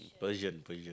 Persian Persian